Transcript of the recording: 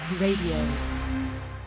radio